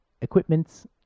equipments